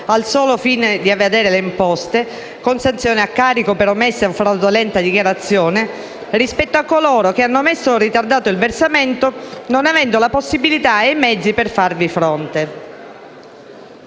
al solo fine di evadere le imposte (con sanzioni a carico per omessa o fraudolenta dichiarazione) e quanti, invece, hanno omesso o ritardato il versamento, non avendo la possibilità e i mezzi per farvi fronte.